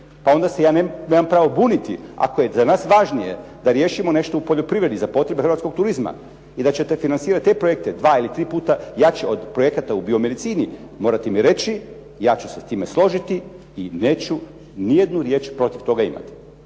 pa onda se ja nemam pravo buniti. Ako je za na važnije da riješimo nešto u poljoprivredi za potrebe hrvatskog turizma i da ćete financirati te projekte dva ili tri puta jače od projekata u biomedicini morate mi reći ja ću se s time složiti i neću ni jednu riječ protiv toga imati.